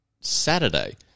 Saturday